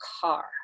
car